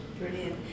Brilliant